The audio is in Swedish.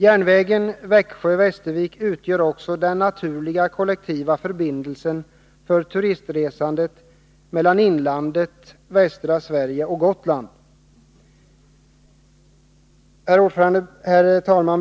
Järnvägen Växjö-Västervik utgör också den naturliga kollektiva förbindelsen för turistresande mellan inlandet, västra Sverige och Gotland. Herr talman!